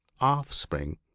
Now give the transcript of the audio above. offspring